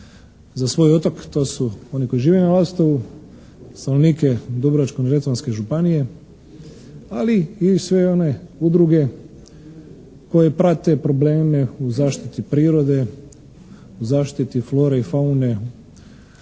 za svoj otok, to su oni koji žive na Lastovu, stanovnike Dubrovačko-neretvanske županije ali i sve one udruge koje prate probleme u zaštiti prirode, u zaštiti flore i faune